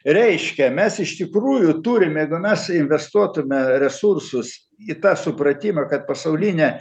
reiškia mes iš tikrųjų turime gana investuotume resursus į tą supratimą kad pasaulinė